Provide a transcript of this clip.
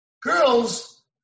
Girls